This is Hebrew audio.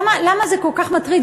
למה זה כל כך מטריד,